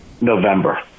November